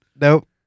Nope